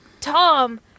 Tom